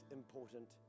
important